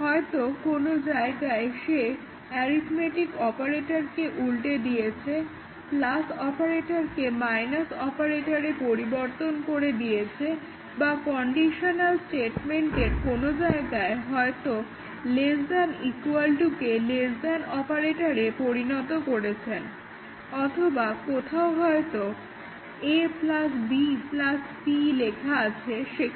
হয়তো কোনো জায়গায় সে কোনো অ্যারিথমেটিক অপারেটরকে উল্টে দিয়েছে প্লাস অপারেটেকে মাইনাস অপারেটরে পরিবর্তন করে দিয়েছেন বা কন্ডিশনাল স্টেটেমেন্টের কোনো জায়গায় হয়তো লেস্ দ্যান একুয়াল টু কে লেস্ দ্যান অপারেটরে পরিণত করেছেন অথবা কোথাও হয়তো a b c লেখা আছে সে